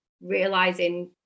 realizing